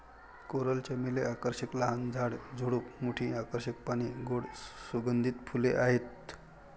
coral चमेली आकर्षक लहान झाड, झुडूप, मोठी आकर्षक पाने, गोड सुगंधित फुले आहेत